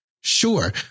Sure